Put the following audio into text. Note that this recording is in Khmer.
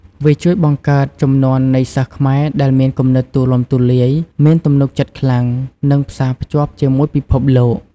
វាជួយបង្កើតជំនាន់នៃសិស្សខ្មែរដែលមានគំនិតទូលំទូលាយ មានទំនុកចិត្តខ្លាំង និងផ្សាភ្ជាប់ជាមួយពិភពលោក។